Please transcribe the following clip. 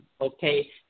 okay